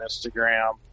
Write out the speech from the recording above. Instagram